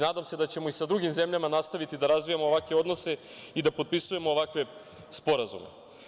Nadam se da ćemo i sa drugim zemljama nastaviti da razvijamo ovakve odnose i da potpisujemo ovakve sporazume.